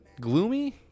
gloomy